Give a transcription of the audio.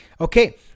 Okay